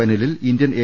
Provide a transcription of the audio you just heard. ഫൈനലിൽ Indian A